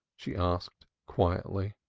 she asked quietly.